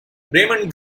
raymond